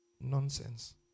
nonsense